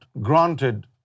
granted